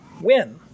win